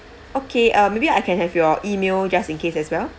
okay uh maybe I can have your email just in case as well